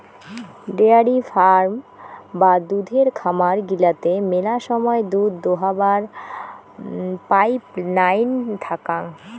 dairy farm বা দুধের খামার গিলাতে মেলা সময় দুধ দোহাবার পাইপ নাইন থাকাং